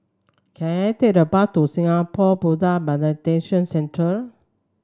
can I take the bus to Singapore Meditation Centre